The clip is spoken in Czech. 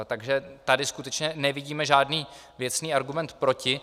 Takže tady skutečně nevidíme žádný věcný argument proti.